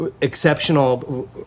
exceptional